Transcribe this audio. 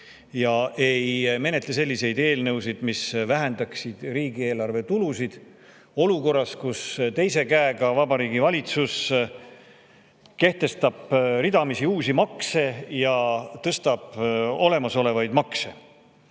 ja ei menetle selliseid eelnõusid, mis vähendaksid riigieelarve tulusid olukorras, kus teise käega Vabariigi Valitsus kehtestab ridamisi uusi makse ja tõstab olemasolevaid makse